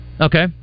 Okay